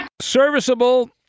serviceable